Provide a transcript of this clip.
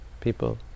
people